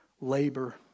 labor